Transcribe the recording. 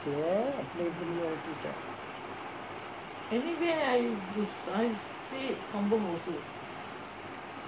இருக்கு அப்டி இப்டினு ஓட்டிட்டே:irukku apdi ipdinu otittae